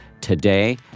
today